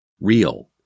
Real